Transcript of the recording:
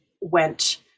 went